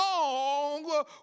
long